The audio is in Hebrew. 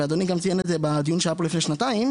ואדוני גם ציין את זה בדיון שהיה פה לפני שנתיים,